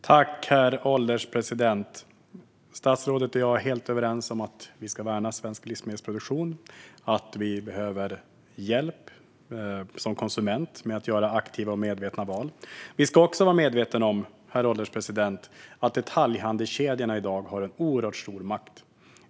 Herr ålderspresident! Statsrådet och jag är helt överens om att vi ska värna svensk livsmedelsproduktion och att vi som konsumenter behöver hjälp för att göra aktiva och medvetna val. Vi ska, herr ålderspresident, vara medvetna om att detaljhandelskedjorna i dag har en oerhört stor makt.